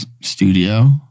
studio